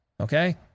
Okay